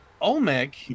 Olmec